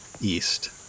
east